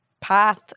path